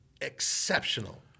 exceptional